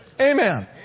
Amen